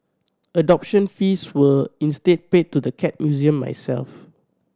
adoption fees were instead paid to the Cat Museum myself